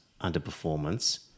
underperformance